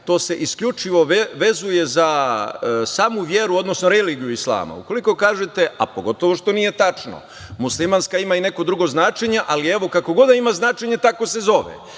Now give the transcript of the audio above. to se isključivo vezuje za samu veru, odnosno religiju islama. Ukoliko kažete, a pogotovo što nije tačno, muslimanska ima i neko drugo značenje, ali, evo, kakvo god da ima značenje, tako se zove.